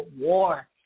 war